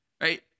right